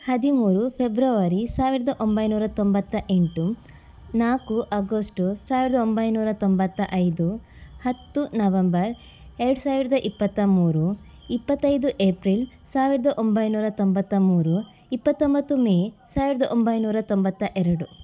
ಹದಿಮೂರು ಫೆಬ್ರವರಿ ಸಾವಿರದ ಒಂಬೈನೂರ ತೊಂಬತ್ತ ಎಂಟು ನಾಲ್ಕು ಅಗೊಸ್ಟು ಸಾವಿರದ ಒಂಬೈನೂರ ತೊಂಬತ್ತ ಐದು ಹತ್ತು ನವಂಬರ್ ಎರಡು ಸಾವಿರದ ಇಪ್ಪತ್ತ ಮೂರು ಇಪ್ಪತ್ತೈದು ಏಪ್ರಿಲ್ ಸಾವಿರದ ಒಂಬೈನೂರ ತೊಂಬತ್ತ ಮೂರು ಇಪ್ಪತೊಂಬತ್ತು ಮೇ ಸಾವಿರದ ಒಂಬೈನೂರ ತೊಂಬತ್ತ ಎರಡು